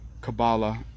Kabbalah